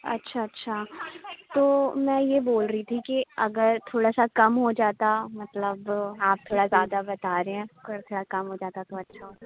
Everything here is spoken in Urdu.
اچھا اچھا تو میں یہ بول رہی تھی کہ اگر تھوڑا سا کم ہو جاتا مطلب آپ تھوڑا زیادہ بتا رہے ہیں تھوڑا سا کم ہو جاتا تو اچھا ہوتا